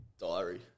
diary